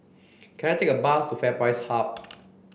can I take a bus to FairPrice Hub